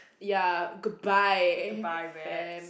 ya goodbye fam